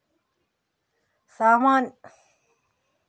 ಮಾರುಕಟ್ಟೆಯಲ್ಲಿ ಹಾಳಾಗುವ ಉತ್ಪನ್ನಗಳನ್ನು ಮಾರಾಟ ಮಾಡಲು ಉತ್ತಮ ಪರಿಹಾರಗಳು ಎಂತ?